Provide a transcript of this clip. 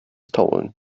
stolen